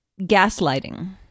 gaslighting